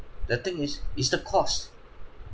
the thing is it's the cost